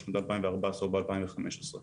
זה ממד האיכות שאנחנו קבענו.